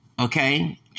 okay